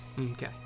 Okay